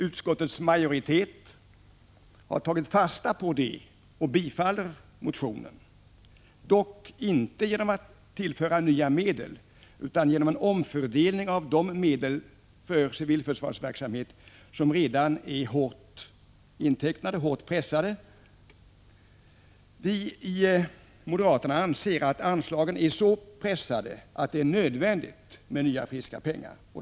Utskottets majoritet har tagit fasta på detta och tillstyrker motionen, dock inte genom att tillföra nya medel utan genom en omfördelning av de medel för civilförsvarsverksamhet som redan är intecknade och hårt pressade. Vi moderater anser att anslagen är så hårt pressade att det är nödvändigt med ”nya friska pengar”.